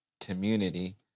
community